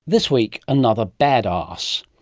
this week, another badass.